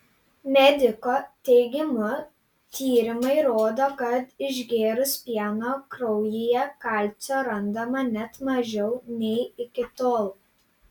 mediko teigimu tyrimai rodo kad išgėrus pieno kraujyje kalcio randama net mažiau nei iki tol